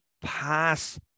pass